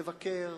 לבקר,